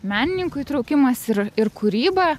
menininkų įtraukimas ir ir kūryba